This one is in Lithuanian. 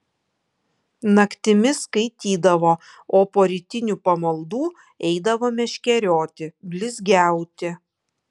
naktimis skaitydavo o po rytinių pamaldų eidavo meškerioti blizgiauti